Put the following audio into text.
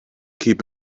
keep